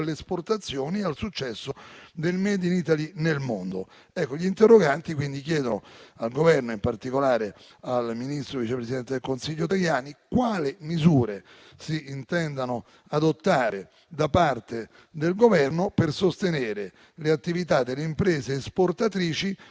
esportazioni e al successo del *made in Italy* nel mondo. Gli interroganti quindi chiedono al Governo, in particolare al ministro e vice presidente del Consiglio Tajani, quali misure si intendano adottare da parte del Governo per sostenere le attività delle imprese esportatrici